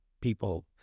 people